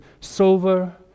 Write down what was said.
silver